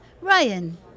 Ryan